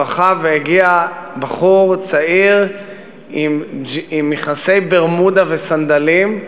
והגיע בחור צעיר עם מכנסי ברמודה וסנדלים,